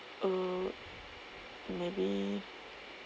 err maybe